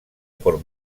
por